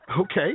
Okay